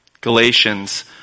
Galatians